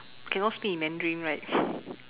cannot speak in mandarin right